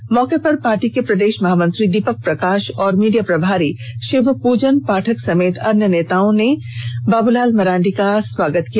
इस मौके पर पार्टी के प्रदेष महामंत्री दीपक प्रकाष और मीडिया प्रभारी षिवपूजन पाठक समेत अन्य नेताओं और कार्यकर्ताओं ने बाबूलाल मरांडी का स्वागत किया